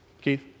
Keith